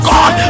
God